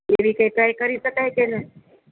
એવી રીતે કઈ ટ્રાય કરી શકાય કે